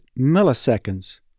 milliseconds